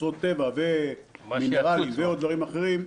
אוצרות טבע ומינרלים" ועוד דברים אחרים,